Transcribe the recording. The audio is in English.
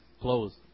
closed